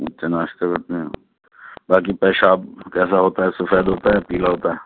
اچھا ناشتہ کرتے ہیں باقی پیشاب کیسا ہوتا ہے سفید ہوتا ہے پیلا ہوتا ہے